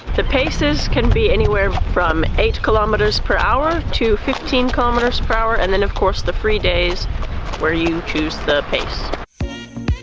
the paces can be anywhere from eight kilometers per hour to fifteen kilometers per hour and then of course the free days where you choose the pace.